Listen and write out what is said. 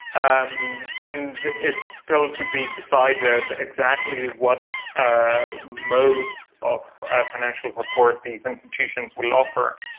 um and it's still to be decided exactly what ah modes of financial support these institutions will offer.